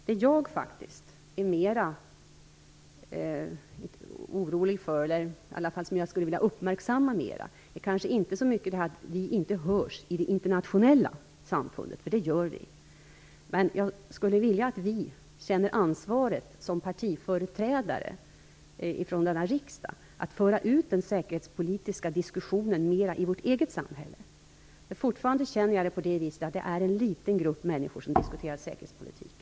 Det jag är mer orolig för och det jag skulle vilja uppmärksamma mer är kanske inte så mycket det att vi inte hörs i det internationella samfundet. Det gör vi nämligen. Men jag skulle vilja att vi som partiföreträdare från denna riksdag känner ansvar för att föra ut den säkerhetspolitiska diskussionen mer i vårt eget samhälle. Det känns fortfarande som om det är en liten grupp människor som diskuterar säkerhetspolitik.